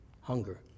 hunger